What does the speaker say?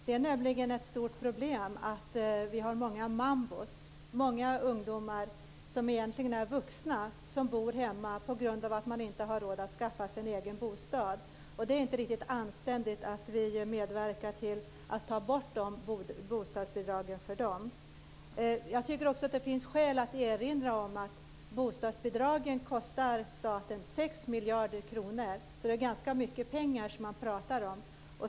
Det är nämligen ett stort problem att vi har så många "mambos", ungdomar som egentligen är vuxna men som bor hemma på grund av att de inte har råd att skaffa en egen bostad. Det är inte riktigt anständigt att vi medverkar till att ta bort bostadsbidragen för dem. Jag tycker också att det finns skäl att erinra om att bostadsbidragen kostar staten 6 miljarder kronor. Så det är ganska mycket pengar man pratar om.